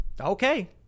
Okay